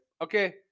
okay